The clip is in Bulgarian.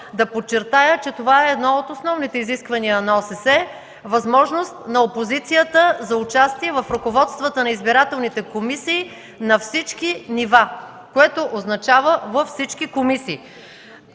да подчертая, че това е едно от основните изисквания на ОССЕ и възможност на опозицията за участие в ръководството на избирателните комисии на всички нива, което означава във всички комисии.